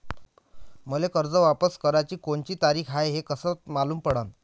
मले कर्ज वापस कराची कोनची तारीख हाय हे कस मालूम पडनं?